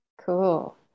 Cool